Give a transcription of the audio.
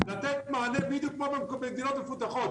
לתת מענה בדיוק כמו במדינות המפותחות.